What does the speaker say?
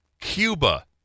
Cuba